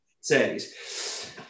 says